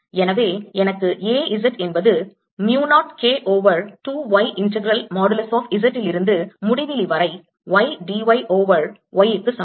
எனவே எனக்கு A z என்பது mu naught K over 2 y integral modulus of z லிருந்து முடிவிலி வரை y d y over y க்கு சமம்